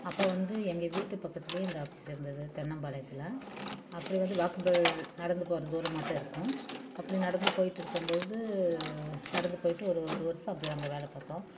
அப்போ வந்து எங்கள் வீட்டு பக்கத்துல இந்த ஆஃபிஸ் இருந்துது தென்னம்பாளையத்தில் அப்படி வந்து வாக்கபிள் நடந்து போகற தூரமாகதான் இருக்கும் அப்படி நடந்து போயிட்டுருக்கம்போது நடந்து போயிகிட்டு ஒரு ஒரு வருஷம் அப்படி அங்கே வேலை பார்த்தோம்